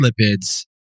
lipids